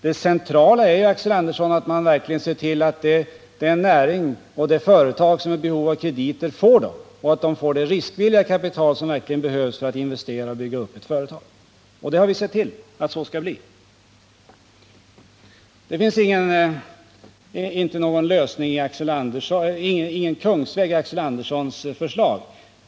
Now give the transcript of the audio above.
Det centrala är, Axel Andersson, att man ser till att den näring 9 och det företag som är i behov av krediter verkligen får sådana och får det riskvilliga kapital som behövs för att bygga upp ett företag. Det finns inte någon kungsväg i Axel Anderssons förslag.